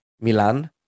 Milan